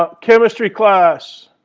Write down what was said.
ah chemistry class,